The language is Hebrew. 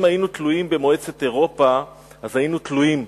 אם היינו תלויים במועצת אירופה אז היינו תלויים.